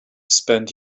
spent